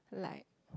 like